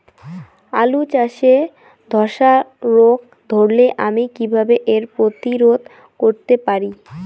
আলু চাষে ধসা রোগ ধরলে আমি কীভাবে এর প্রতিরোধ করতে পারি?